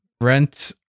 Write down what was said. rent